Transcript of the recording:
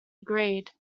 agreed